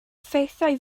ffeithiau